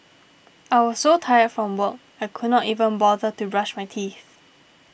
I was so tired from work I could not even bother to brush my teeth